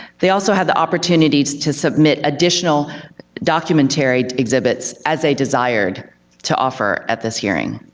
they also had the opportunity to to submit additional documentary exhibits as they desired to offer at this hearing.